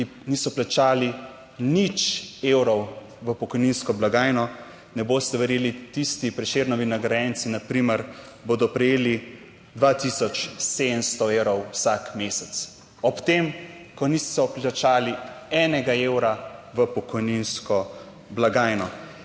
ki niso plačali nič evrov v pokojninsko blagajno, ne boste verjeli, tisti Prešernovi nagrajenci na primer bodo prejeli 2 tisoč 700 evrov vsak mesec, ob tem, ko niso plačali enega evra v pokojninsko blagajno.